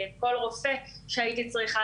כל רופא שהייתי צריכה,